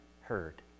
heard